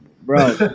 bro